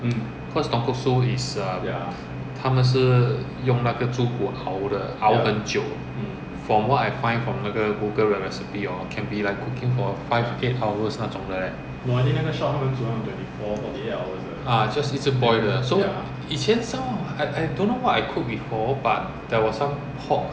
mm cause tonkatsu is err 他们是用那个猪骨熬的熬很久 from what I find from 那个 google 的 recipe hor can be like cooking for five eight hours 那种的 leh ah just 一直 boil 的以前 some I don't know what I cooked before but there were some pork